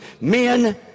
men